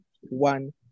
one